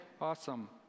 Awesome